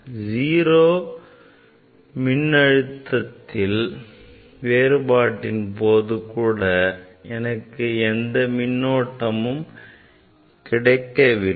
0 V மின்னழுத்த வேறுபாட்டின் போது கூட எனக்கு மின்னோட்டம் எதுவும் கிடைக்கவில்லை